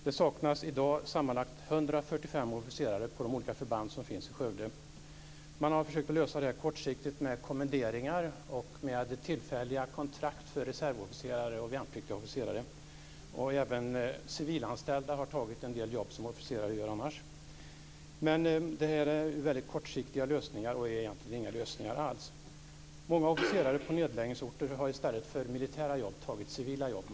Det saknas i dag sammanlagt 145 officerare på de olika förband som finns i Skövde. Man har försökt att lösa det kortsiktigt med kommenderingar och med tillfälliga kontrakt för reservofficerare och värnpliktiga officerare. Även civilanställda har tagit en del jobb som officerare annars gör. Men det här är väldigt kortsiktiga lösningar och är egentligen inga lösningar alls. Många officerare på nedläggningsorter har i stället för militära jobb tagit civila jobb.